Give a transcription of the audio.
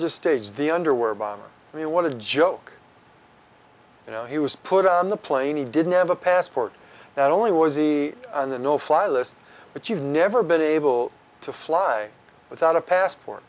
just stage the underwear bomber and you want to joke you know he was put on the plane he didn't have a passport not only was he on the no fly list but you've never been able to fly without a passport